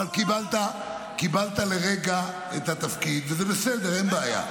אבל קיבלת לרגע את התפקיד וזה בסדר, אין בעיה.